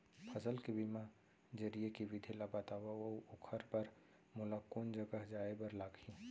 फसल के बीमा जरिए के विधि ला बतावव अऊ ओखर बर मोला कोन जगह जाए बर लागही?